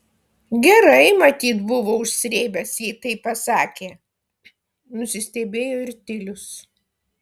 gerai matyt buvo užsrėbęs jei taip pasakė nusistebėjo ir tilius